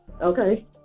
okay